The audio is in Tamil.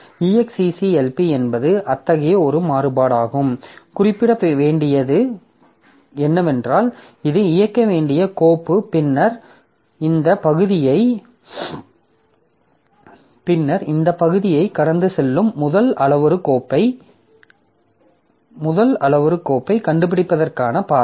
execlp என்பது அத்தகைய ஒரு மாறுபாடாகும் குறிப்பிட வேண்டியது என்னவென்றால் இது இயக்க வேண்டிய கோப்பு பின்னர் இந்த பகுதியை கடந்து செல்லும் முதல் அளவுரு கோப்பைக் கண்டுபிடிப்பதற்கான பாதை